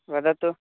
वदतु